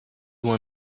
one